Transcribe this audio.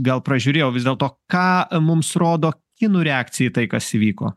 gal pražiūrėjau vis dėl to ką mums rodo kinų reakcija į tai kas įvyko